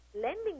Lending